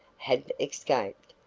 had escaped,